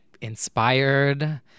inspired